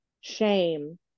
shame